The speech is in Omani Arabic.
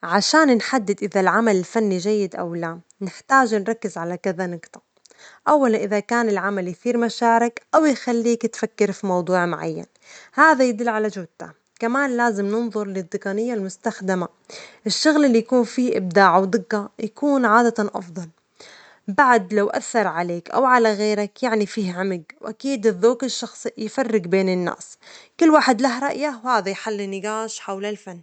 عشان نحدد إذا كان العمل الفني جيد أو لا، نحتاج نركز على كذا نجطة، أولًا، إذا كان العمل يثير مشاعرك أو يخليك تفكر في موضوع معين هذا يدل على جودته، كمان لازم ننظر للتجنية المستخدمة، الشغل الذي يكون فيه إبداع ودجة يكون أفضل، بعد لو أثر عليك أو على غيرك يعني فيه عمج، وأكيد الذوج الشخصي يفرج بين الناس، كل واحد له رأيه، وهذا يحلي نجاش حول الفن.